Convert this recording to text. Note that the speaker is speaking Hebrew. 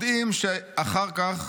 יודעים שאחר כך